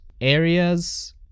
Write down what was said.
areas